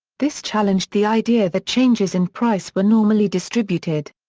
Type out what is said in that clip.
this challenged the idea that changes in price were normally distributed.